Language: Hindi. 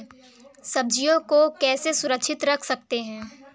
सब्जियों को कैसे सुरक्षित रख सकते हैं?